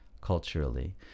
culturally